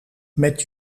met